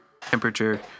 temperature